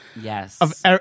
Yes